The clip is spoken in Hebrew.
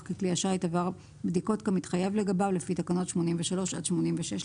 כי כלי השיט עבר בדיקות כמתחייב לגביו לפי תקנות 83 עד 86,